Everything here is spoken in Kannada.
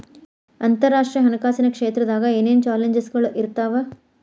ಅಂತರರಾಷ್ಟ್ರೇಯ ಹಣಕಾಸಿನ್ ಕ್ಷೇತ್ರದಾಗ ಏನೇನ್ ಚಾಲೆಂಜಸ್ಗಳ ಇರ್ತಾವ